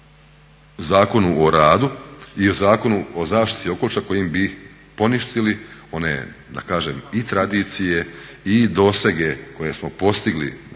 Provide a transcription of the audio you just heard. Zakonu o radu i u Zakonu o zaštiti okoliša kojim bi poništili one da kažem i tradicije i dosege koje smo postigli teškom